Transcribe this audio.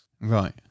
Right